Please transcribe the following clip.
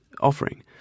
offering